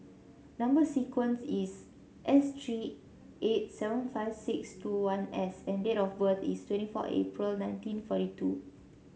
number sequence is S three eight seven five six two one S and date of birth is twenty four April nineteen forty two